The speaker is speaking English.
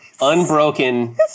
Unbroken